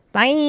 Bye